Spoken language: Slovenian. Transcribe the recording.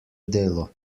delo